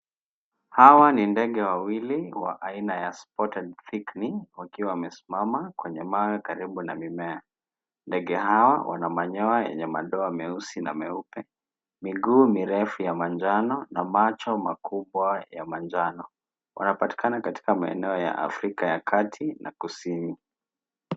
Hawa ni ndege wawili wa aina ya Spotted Thickney wakiwa wamesimama kwenye mawe karibu na mimea. Ndege hawa wana manyoya yenye madoa meusi na meupe. Miguu mirefu ya njano na macho makubwa ya manjano. Wanapatikana katika maeneo ya Afrika ya kati na kusini.